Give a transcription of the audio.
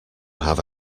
have